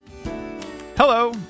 Hello